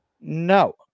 No